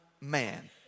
man